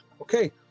okay